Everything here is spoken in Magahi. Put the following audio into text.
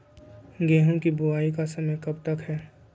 गेंहू की बुवाई का समय कब तक है?